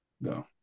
No